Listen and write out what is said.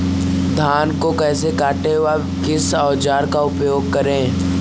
धान को कैसे काटे व किस औजार का उपयोग करें?